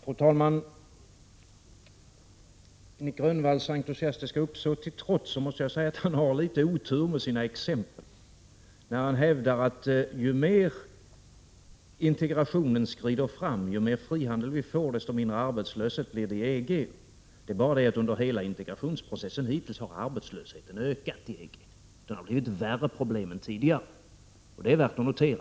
Fru talman! Nic Grönvalls entusiastiska uppsåt till trots måste jag säga att han har litet otur med sina exempel. Han hävdar att ju mer integrationen skrider fram och ju mer frihandel vi får, desto mindre arbetslöshet blir det inom EG. Men under hela integrationsprocessen hittills har arbetslösheten ökat i EG. Det har blivit ett värre problem än tidigare. Det är värt att notera.